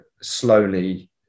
slowly